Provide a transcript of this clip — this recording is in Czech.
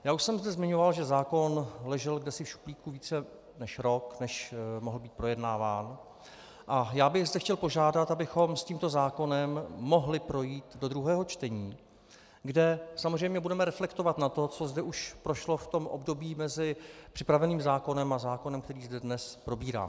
Já už jsem zde zmiňoval, že zákon ležel kdesi v šuplíku více než rok, než mohl být projednáván, a já bych zde chtěl požádat, abychom s tímto zákonem mohli projít do druhého čtení, kde samozřejmě budeme reflektovat na to, co zde už prošlo v tom období mezi připraveným zákonem a zákonem, který zde dnes probíráme.